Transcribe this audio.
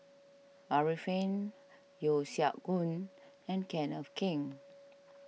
Arifin Yeo Siak Goon and Kenneth Keng